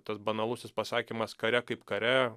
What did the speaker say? tas banalusis pasakymas kare kaip kare